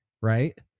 right